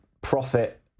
profit